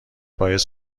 باعث